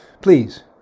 Please